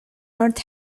earth